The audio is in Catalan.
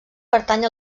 pertany